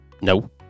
no